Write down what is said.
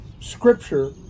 scripture